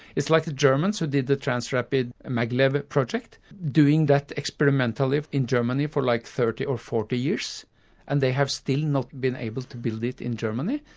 it's like the germans who did the transrapid maglev project, doing that experimentally in germany for like thirty or forty years and they have still not been able to build it in germany.